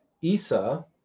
isa